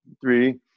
three